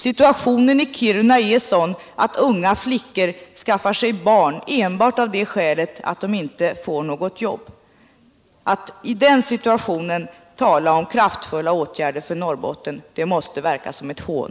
Situationen i Kiruna är sådan att unga flickor skaffar sig barn enbart av det skälet att de inte får något jobb. Att någon då kan tala om kraftfulla åtgärder för Norrbotten måste verka som ett hån.